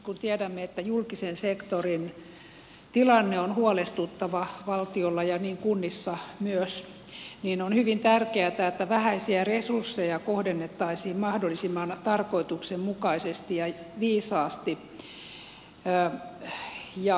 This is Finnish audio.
kun tiedämme että julkisen sektorin tilanne on huolestuttava valtiolla ja kunnissa myös niin on hyvin tärkeätä että vähäisiä resursseja kohdennettaisiin mahdollisimman tarkoituksenmukaisesti ja viisaasti